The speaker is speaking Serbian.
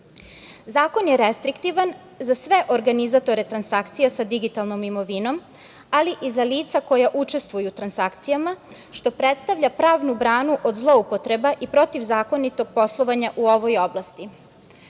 je restriktivan za sve organizatore transakcija sa digitalnom imovinom, ali i za lica koja učestvuju u transakcijama, što predstavlja pravnu branu od zloupotrebe i protivzakonitog poslovanja u ovoj oblasti. Smatram